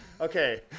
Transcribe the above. okay